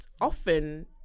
often